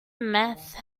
meth